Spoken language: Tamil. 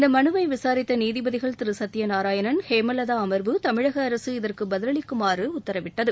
இந்த மனுவை விசாித்த நீதிபதிகள் சத்தியநாராயணன் ஹேமலதா அம்வு தமிழக அரசு இதற்கு பதிலளிக்குமாறு உத்தரவிட்டுள்ளது